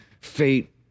fate